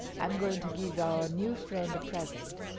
i am going to give our new friend a present.